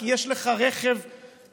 כי יש לך רכב אשכול.